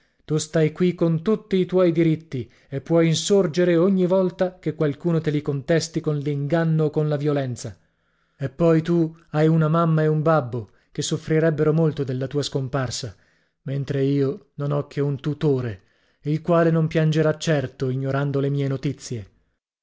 tu stai qui con tutti i tuoi diritti e puoi insorgere ogni volta che qualcuno te li contesti con l'inganno o con la violenza e poi tu hai una mamma e un babbo che soffrirebbero molto della tua scomparsa mentre io non ho che un tutore il quale non piangerà certo ignorando le mie notizie